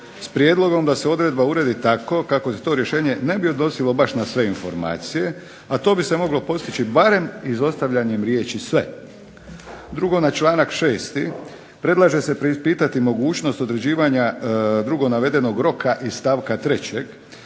s prijedlogom da se odredba uredi tako kako se to rješenje ne bi odnosilo baš na sve informacije, a to bi se moglo postići barem izostavljanjem riječi sve. Drugo, na članak 6. predlaže se preispitati mogućnost određivanja drugo navedenog roka iz stavka 3.